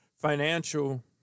financial